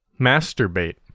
Masturbate